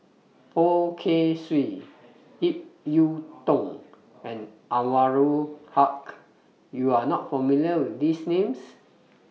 Poh Kay Swee Ip Yiu Tung and Anwarul Haque YOU Are not familiar with These Names